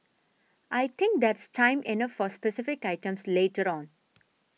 I think there's time enough for specific items later on